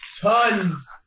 tons